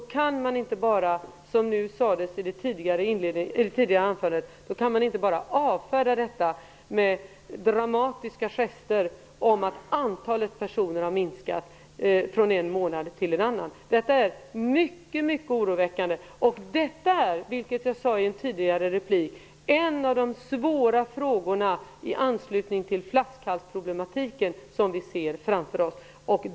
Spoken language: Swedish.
Man kan inte bara, som det gjordes i det tidigare anförandet, avfärda detta med dramatiska gester och säga att antalet personer har minskat från en månad till en annan. Detta är mycket oroväckande. Det är, som jag sade i en tidigare replik, en av de svåra frågorna i anslutning till ''flaskhalsproblematiken'' som vi ser framför oss.